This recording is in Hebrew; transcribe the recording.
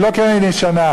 היא לא קרן ישנה.